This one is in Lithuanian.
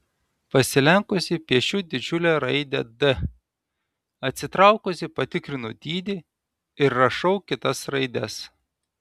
pasilenkusi piešiu didžiulę raidę d atsitraukusi patikrinu dydį ir rašau kitas raides